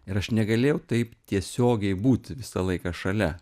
ir aš negalėjau taip tiesiogiai būti visą laiką šalia